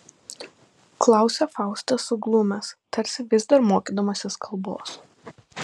klausia faustas suglumęs tarsi vis dar mokydamasis kalbos